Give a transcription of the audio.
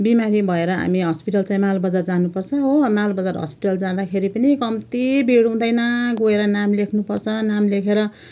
बिमारी भएर हामी हस्पिटल चाहिँ माल बजार जानुपर्छ हो माल बजार हस्पिटल जाँदाखेरि पनि कम्ती भिड हुँदैन गएर नाम लेख्नुपर्छ नाम लेखेर